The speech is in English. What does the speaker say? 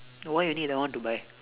why you need that one to buy